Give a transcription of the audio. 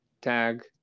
Tag